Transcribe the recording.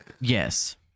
Yes